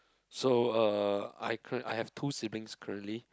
so uh I curre~ I have two siblings currently